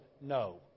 no